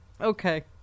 okay